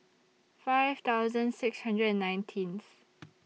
five thousand six hundred and nineteenth